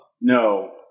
No